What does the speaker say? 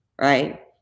Right